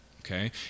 Okay